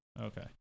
okay